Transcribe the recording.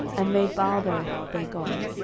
and made baalberith their god.